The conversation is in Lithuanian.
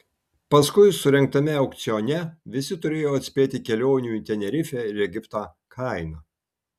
paskui surengtame aukcione visi turėjo atspėti kelionių į tenerifę ir egiptą kainą